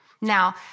Now